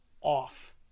off